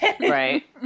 Right